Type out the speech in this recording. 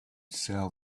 sell